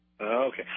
Okay